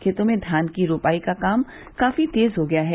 खेतों में धान की रोपाई का काम काफी तेज हो गया है